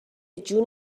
جون